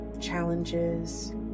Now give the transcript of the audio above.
challenges